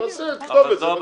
אז תכתוב את זה.